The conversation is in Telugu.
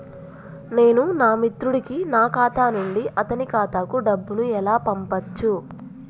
నేను నా మిత్రుడి కి నా ఖాతా నుండి అతని ఖాతా కు డబ్బు ను ఎలా పంపచ్చు?